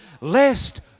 lest